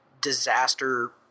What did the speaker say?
disaster